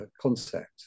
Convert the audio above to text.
concept